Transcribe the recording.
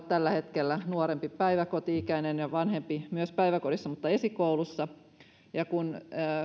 tällä hetkellä nuorempi on päiväkoti ikäinen ja vanhempi myös päiväkodissa mutta esikoulussa ja kun